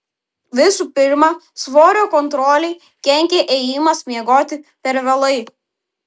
visų pirma svorio kontrolei kenkia ėjimas miegoti per vėlai